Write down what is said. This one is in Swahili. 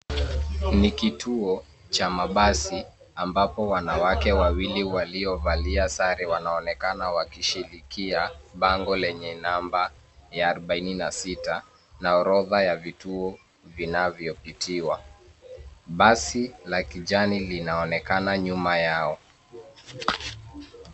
Ni kituo cha mabasi ambapo wanawake wawili waliovalia sare wanaonekana wakishabikia bango lenye namba ya arobaini na sita na orodha ya vituo vinavyopitiwa. Basi la kijani linaonekana nyuma yao.